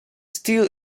still